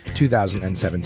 2017